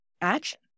action